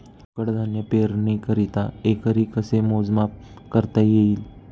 कडधान्य पेरणीकरिता एकरी कसे मोजमाप करता येईल?